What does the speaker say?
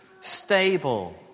Stable